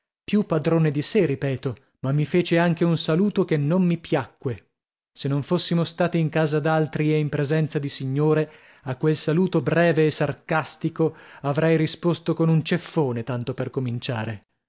più padrone di sè ripeto ma mi fece anche un saluto che non mi piacque se non fossimo stati in casa d'altri e in presenza di signore a quel saluto breve e sarcastico avrei risposto con un ceffone tanto per cominciare